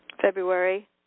February